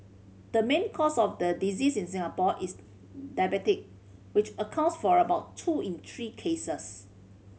the main cause of the diseases in Singapore is diabetes which accounts for about two in three cases